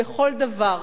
בכל דבר,